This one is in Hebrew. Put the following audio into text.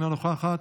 אינה נוכחת,